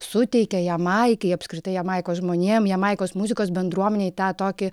suteikia jamaikai apskritai jamaikos žmonėms jamaikos muzikos bendruomenei tą tokį